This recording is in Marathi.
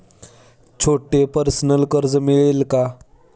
छोटे पर्सनल कर्ज मिळेल का?